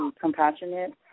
compassionate